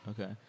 okay